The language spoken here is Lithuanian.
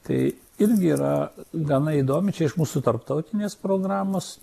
tai irgi yra gana įdomi čia iš mūsų tarptautinės programos